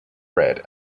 fred